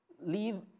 leave